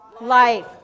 life